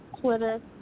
Twitter